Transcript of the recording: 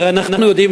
הרי אנחנו יודעים,